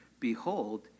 Behold